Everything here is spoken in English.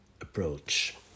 approach